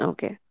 Okay